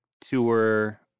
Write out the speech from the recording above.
tour